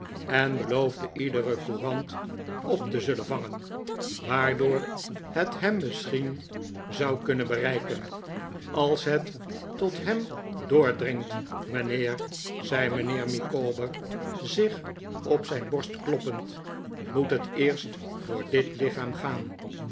en beloofde iedere courant op te zullen vangen waardoor het hem misschien zou kunnen bereiken als het tot hem doordringt mijnheer zei mijnheer micawber zich op zijn borst kloppend moet het eerst door dit lichaam gaan